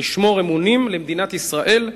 "לשמור אמונים למדינת ישראל,